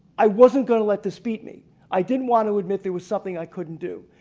i wasn't going to let this beat me i didn't want to admit there was something i couldn't do.